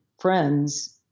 friends